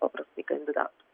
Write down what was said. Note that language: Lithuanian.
paprastai kandidatų